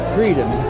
freedom